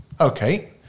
Okay